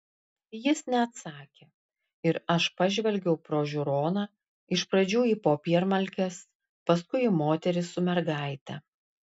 jis neatsakė ir aš pažvelgiau pro žiūroną iš pradžių į popiermalkes paskui į moterį su mergaite